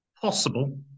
possible